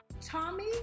Tommy